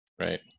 Right